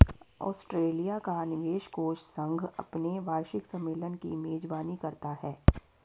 Australia का निवेश कोष संघ अपने वार्षिक सम्मेलन की मेजबानी करता है